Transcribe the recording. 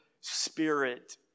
Spirit